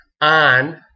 on